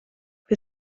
wir